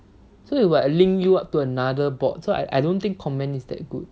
so it will like link you up to another bot so I I don't think comment is that good